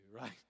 right